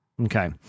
Okay